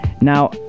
now